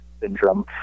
syndrome